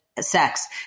Sex